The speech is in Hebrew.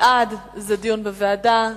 בעד זה דיון בוועדה,